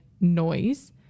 noise